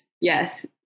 yes